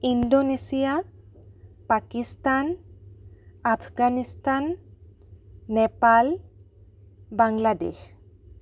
Indonesia Pakistan Afghanistan Nepal Bangladesh